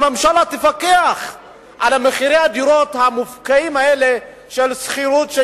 שהממשלה תפקח על מחירי הדירות המופקעים האלה של שכירות,